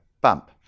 bump